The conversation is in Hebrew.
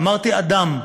אמרתי "אדם",